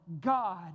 God